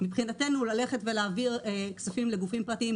מבחינתנו ללכת ולהעביר כספים לגופים פרטיים,